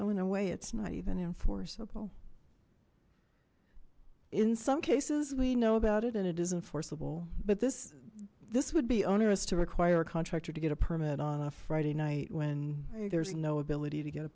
in a way it's not even enforceable in some cases we know about it and it is enforceable but this this would be onerous to require a contractor to get a permit on a friday night when there's no ability to get a